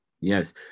yes